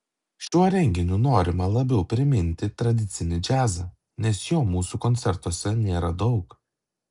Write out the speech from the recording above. šiuo renginiu norima labiau priminti tradicinį džiazą nes jo mūsų koncertuose nėra daug